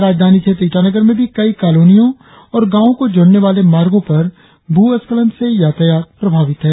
राजधानी क्षेत्र ईटानगर में भी कई कॉलोनियों और गांवों को जोड़ने वाले मार्गों पर भूस्खलन से यातायात प्रभावित है